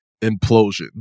implosion